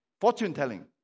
fortune-telling